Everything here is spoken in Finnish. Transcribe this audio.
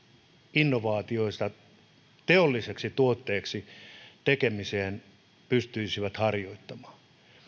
innovaatioiden teollisiksi tuotteiksi tekemistä pystyisivät harjoittamaan